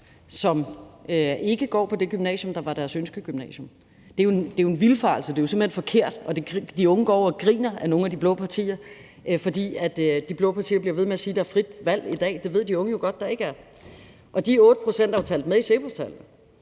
som ikke går på det gymnasium, der var deres ønskegymnasium. Det er jo en vildfarelse, det er simpelt hen forkert, at der er frit valg i dag, og de unge går og griner af nogle af de blå partier, fordi de blå partier bliver ved med at sige det. Det ved de unge jo godt der ikke er. Og de 8 pct. er jo talt